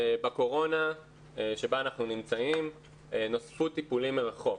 בקורונה שבה אנחנו נמצאים נוספו טיפולים מרחוק.